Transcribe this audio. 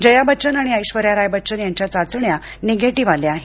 जया बच्चन आणि ऐश्वर्या राय बच्चन यांच्या चाचण्या निगेटिव्ह आल्या आहेत